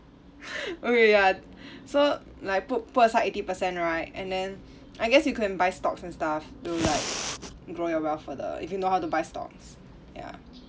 okay ya so like put put aside eighty percent right and then I guess you can buy stocks and stuff to like grow your wealth for the if you know how to buy stocks ya